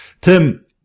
Tim